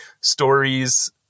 stories